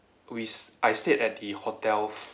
we I stayed at the hotel